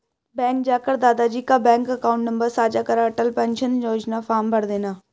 bank जाकर दादा जी का बैंक अकाउंट नंबर साझा कर अटल पेंशन योजना फॉर्म भरदेना